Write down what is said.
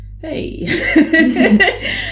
hey